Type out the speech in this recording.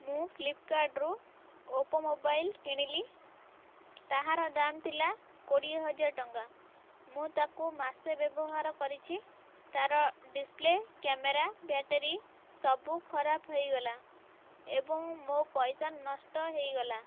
ମୁଁ ଫ୍ଲିପକାର୍ଟ ରୁ Oppo mobile କିଣିଲି ତାହାର ଦାମ ଥିଲା କୋଡ଼ିଏ ହଜାର ଟଙ୍କା ମୁଁ ତାକୁ ମାସେ ବ୍ୟବହାର କରିଛି ତାର ଡ଼ିସପ୍ଲେ କ୍ୟାମେରା ବ୍ୟାଟେରୀ ସବୁ ଖରାପ ହୋଇଗଲା ଏବଂ ମୋ ପଇସା ନଷ୍ଟ ହୋଇଗଲା